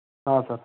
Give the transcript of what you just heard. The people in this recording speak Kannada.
ಹಾಂ ಸರ್